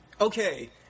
Okay